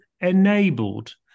enabled